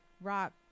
rock